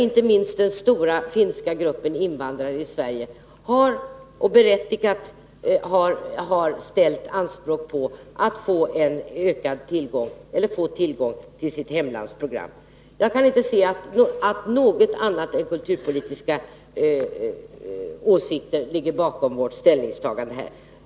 Inte minst den stora gruppen finska invandrare i Sverige har ställt berättigade anspråk på att få tillgång till sitt hemlands program. Jag kan inte se att något annat än kulturpolitiska åsikter ligger bakom vårt ställningstagande här.